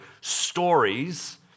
stories